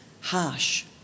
harsh